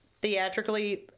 theatrically